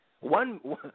One